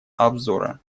обзора